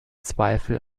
zweifel